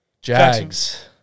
Jags